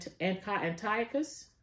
Antiochus